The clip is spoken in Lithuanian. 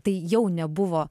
tai jau nebuvo